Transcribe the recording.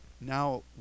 now